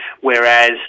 whereas